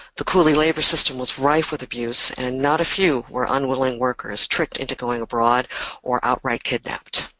the coolie labor system was rife with abuse and not a few were unwilling workers tricked into going abroad or outright kidnapped.